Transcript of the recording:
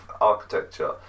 architecture